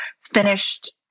finished